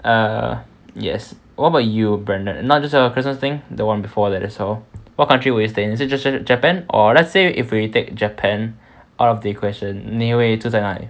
uh yes what about you brandon not just a christmas thing the one before that also what country would you stay in is it japan or let's say if we take japan out of the question 你会住在哪里